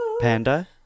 panda